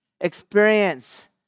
Experience